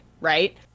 right